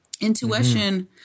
Intuition